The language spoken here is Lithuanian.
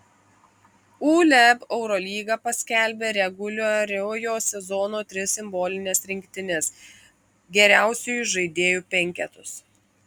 uleb eurolyga paskelbė reguliariojo sezono tris simbolines rinktines geriausiųjų žaidėjų penketus